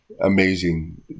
amazing